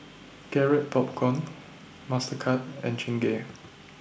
Garrett Popcorn Mastercard and Chingay